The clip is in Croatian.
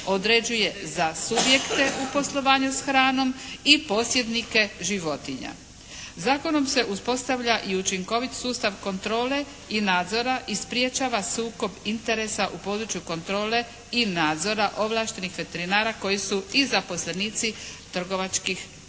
određuje za subjekte u poslovanju s hranom i posjednike životinja. Zakonom se uspostavlja i učinkovit sustav kontrole i nadzora i sprječava sukob interesa u području kontrole i nadzora ovlaštenih veterinara koji su i zaposlenici u trgovačkim društvima